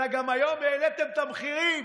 אלא גם היום העליתם את המחירים,